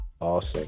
Awesome